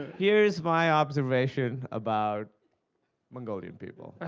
here's my observation about mongolian people. ah